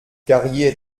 carrier